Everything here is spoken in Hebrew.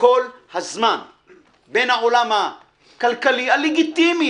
כל הזמן בין העולם הכלכלי הלגיטימי,